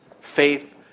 Faith